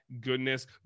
goodness